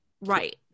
right